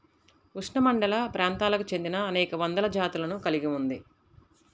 ఉష్ణమండలప్రాంతాలకు చెందినఅనేక వందల జాతులను కలిగి ఉంది